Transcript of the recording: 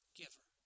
giver